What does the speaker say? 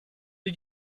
did